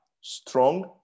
strong